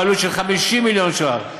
בעלות של 50 מיליון ש"ח,